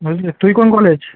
বুঝলি তুই কোন কলেজ